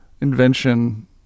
invention